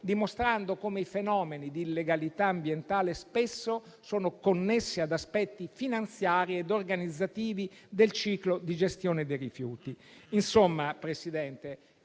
modo come i fenomeni di illegalità ambientale spesso sono connessi ad aspetti finanziari e organizzativi del ciclo di gestione dei rifiuti. Insomma, signor Presidente,